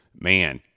man